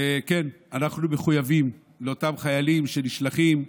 וכן, אנחנו מחויבים לאותם חיילים שנשלחים,